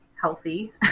healthy